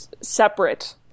separate